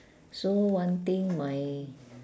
so one thing my